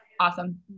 Awesome